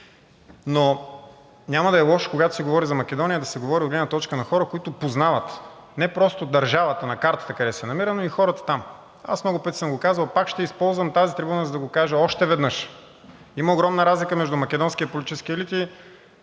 Но няма да е лошо, когато се говори за Македония, да се говори от гледна точка на хора, които познават не просто държавата на картата къде се намира, но и хората там. Аз много пъти съм го казвал и пак ще използвам тази терминология, за да го кажа още веднъж: има огромна разлика между македонския политически елит